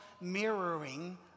mirroring